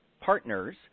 partners